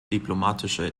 diplomatische